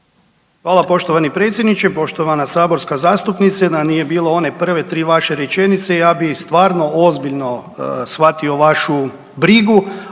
Hvala poštovani predsjedniče. Poštovana saborska zastupnice, da nije bilo one prve 3 vaše rečenice ja bi stvarno ozbiljno shvatio vašu brigu,